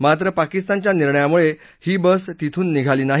मात्र पाकिस्तानच्या निर्णयामुळे ही बस तिथून निघाली नाही